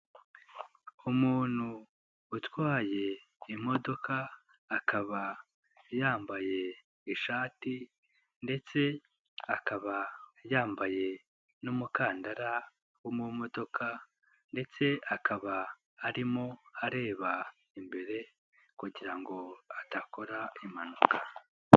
Umuntu utwaye imodoka, akaba yambaye ishati ndetse akaba yambaye n'umukandara wo mu modoka ndetse akaba arimo areba imbere kugira ngo adakora impanuka.